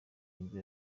nibwo